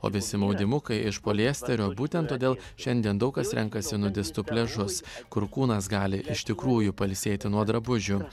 o visi maudymukai iš poliesterio būtent todėl šiandien daug kas renkasi nudistų pliažus kur kūnas gali iš tikrųjų pailsėti nuo drabužių